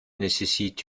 nécessite